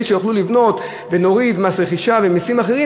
שיוכלו לבנות ונוריד מס רכישה ומסים אחרים,